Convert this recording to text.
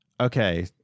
Okay